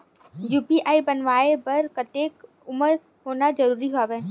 UPI बनवाय बर कतेक उमर होना जरूरी हवय?